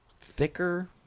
thicker